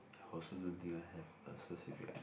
I also don't think I have a specific one